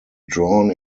drawn